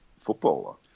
footballer